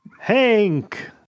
Hank